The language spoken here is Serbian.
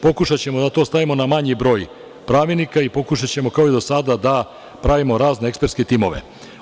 Pokušaćemo da to stavimo na manji broj pravilnika i pokušaćemo kao i do sada da pravimo razne ekspertske timove.